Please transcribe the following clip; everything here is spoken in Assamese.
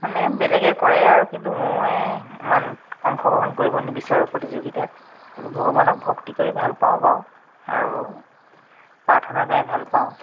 মানে বেলেগে কৰে আৰু কিন্তু মই ইমান অংশগ্ৰহণ কৰিব নিবিচাৰোঁ প্ৰতিযোগিতাত কিন্তু ভগৱানক ভক্তি কৰি ভাল পাওঁ বা আৰু প্ৰাৰ্থনা গাই ভাল পাওঁ